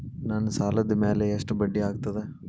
ನನ್ನ ಸಾಲದ್ ಮ್ಯಾಲೆ ಎಷ್ಟ ಬಡ್ಡಿ ಆಗ್ತದ?